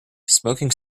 smoking